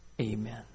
Amen